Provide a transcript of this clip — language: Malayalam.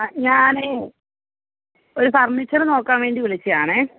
ആ ഞാൻ ഒരു ഫർണിച്ചർ നോക്കാൻ വേണ്ടി വിളിച്ചതാണ്